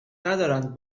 دارند